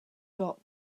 got